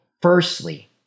firstly